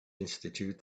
institute